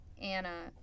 Anna